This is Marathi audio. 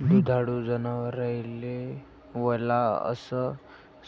दुधाळू जनावराइले वला अस